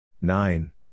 Nine